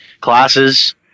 classes